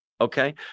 Okay